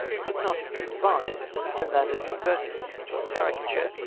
could not have been devised than that of converting him into a caricature,